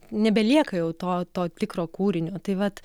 nebelieka jau to to tikro kūrinio tai vat